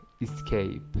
escape